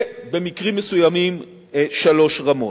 ובמקרים מסוימים שלוש רמות.